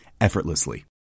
effortlessly